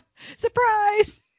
surprise